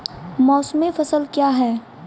मौसमी फसल क्या हैं?